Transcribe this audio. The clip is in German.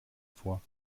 vor